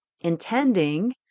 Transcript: intending